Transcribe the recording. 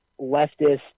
leftist